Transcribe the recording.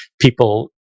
people